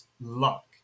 luck